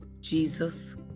Jesus